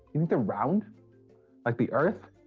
think they're round like the earth?